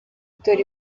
dore